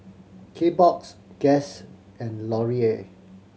Kbox Guess and Laurier